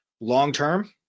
long-term